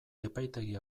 epaitegi